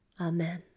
Amen